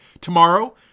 tomorrow